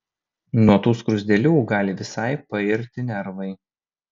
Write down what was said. nuo tų skruzdėlių gali visai pairti nervai